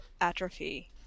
atrophy